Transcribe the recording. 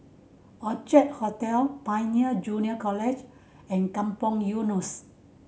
Orchard Hotel Pioneer Junior College and Kampong Eunos